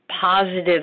positive